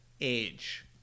age